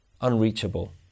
unreachable